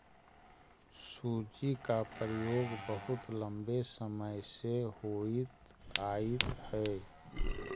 सूजी का प्रयोग बहुत लंबे समय से होइत आयित हई